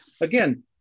again